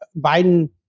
Biden